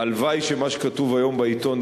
הלוואי שמה שכתוב היום בעיתון,